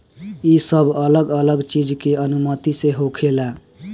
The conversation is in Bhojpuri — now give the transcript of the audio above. ई सब अलग अलग चीज के अनुमति से होखेला